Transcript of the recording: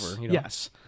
Yes